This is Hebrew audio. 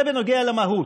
זה בנוגע למהות.